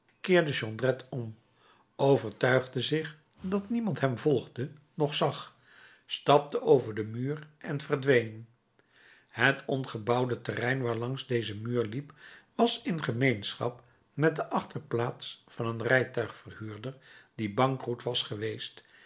keerde jondrette om overtuigde zich dat niemand hem volgde noch zag stapte over den muur en verdween het ongebouwde terrein waarlangs deze muur liep was in gemeenschap met de achterplaats van een rijtuigverhuurder die bankroet was geweest